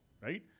right